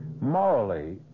Morally